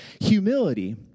Humility